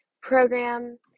program